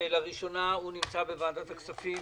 שלראשונה נמצא בוועדת הכספים.